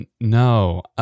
no